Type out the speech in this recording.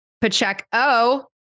Pacheco